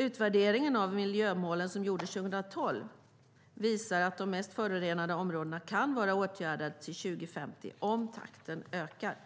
Utvärderingen av miljömålen som gjordes 2012 visar att de mest förorenade områdena kan vara åtgärdade till år 2050, om takten ökar.